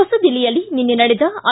ಹೊಸದಿಲ್ಲಿಯಲ್ಲಿ ನಿನ್ನೆ ನಡೆದ ಐ